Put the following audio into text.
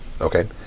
Okay